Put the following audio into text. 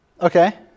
Okay